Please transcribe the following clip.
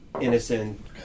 innocent